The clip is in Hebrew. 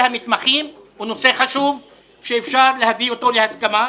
המתמחים הוא נושא חשוב שאפשר להביא אותו להסכמה,